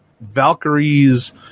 Valkyrie's